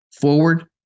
forward